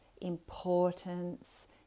importance